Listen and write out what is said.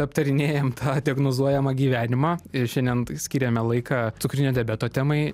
aptarinėjam tą diagnozuojamą gyvenimą ir šiandien skiriame laiką cukrinio diabeto temai